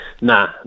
Nah